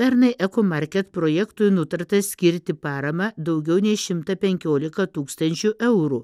pernai ekomarket projektui nutarta skirti paramą daugiau nei šimtą penkiolika tūkstančių eurų